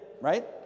right